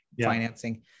financing